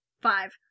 Five